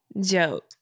joke